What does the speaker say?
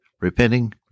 repenting